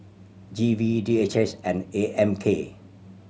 G V D H S and A M K